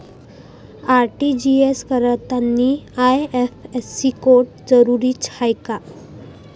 RTGS करतांनी IFSC code जरुरीचा हाय का?